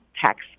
tax